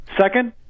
Second